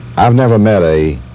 i've never met a